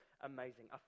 amazing